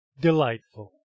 Delightful